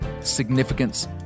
significance